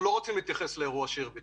להתייחס לאירוע שירביט.